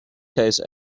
case